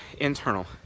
internal